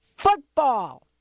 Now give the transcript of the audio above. Football